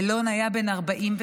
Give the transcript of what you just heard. אילון היה בן 49,